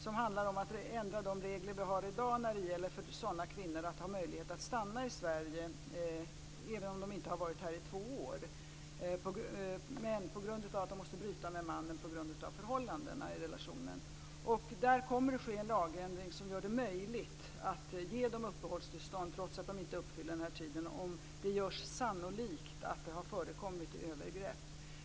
Det går ut på att ändra de regler vi har i dag om dessa kvinnors möjlighet att stanna i Sverige när de måste bryta med mannen på grund av förhållandena i relationen. Det kommer att ske en lagändring som gör det möjligt att ge dem uppehållstillstånd trots att de inte uppfyller kravet på att ha varit i Sverige i två år, om det görs sannolikt att det har förekommit övergrepp.